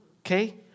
okay